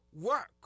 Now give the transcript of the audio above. work